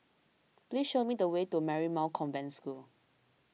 please show me the way to Marymount Convent School